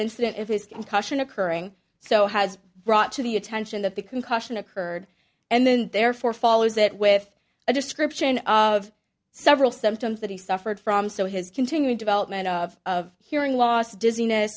incident of his concussion occurring so has brought to the attention that the concussion occurred and then therefore follows it with a description of several symptoms that he suffered from so his continued development of of hearing loss dizziness